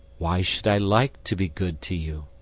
why should i like to be good to you?